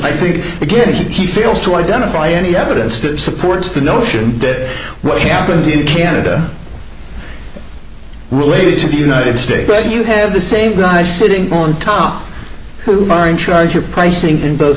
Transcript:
i think again he feels to identify any evidence that supports the notion that what happened in canada related to the united states but you have the same guys sitting on top who are in charge of pricing in